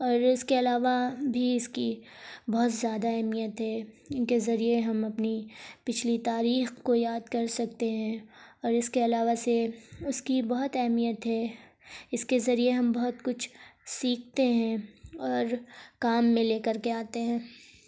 اور اس کے علاوہ بھی اس کی بہت زیادہ اہمیت ہے ان کے ذریعے ہم اپنی پچھلی تاریخ کو یاد کر سکتے ہیں اور اس کے علاوہ سے اس کی بہت اہمیت ہے اس کے ذریعے ہم بہت کچھ سیکھتے ہیں اور کام میں لے کر کے آتے ہیں